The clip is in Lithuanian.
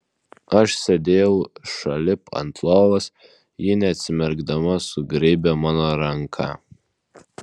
aš sėdėjau šalip ant lovos ji neatsimerkdama sugraibė mano ranką